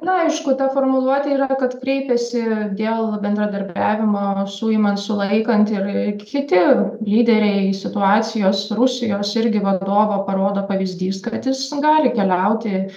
na aišku ta formuluotė yra kad kreipėsi dėl bendradarbiavimo suimant sulaikant ir kiti lyderiai situacijos rusijos irgi vadovo parodo pavyzdys kad jis nu gali keliauti